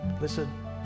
listen